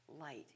light